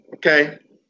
Okay